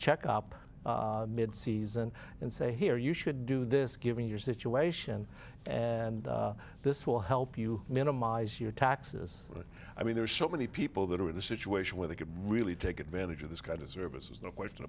check up mid season and say here you should do this given your situation and this will help you minimize your taxes i mean there are so many people that are in a situation where they could really take advantage of this kind of services no question